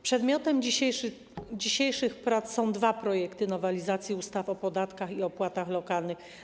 Przedmiotem dzisiejszych prac są dwa projekty nowelizacji ustawy o podatkach i opłatach lokalnych.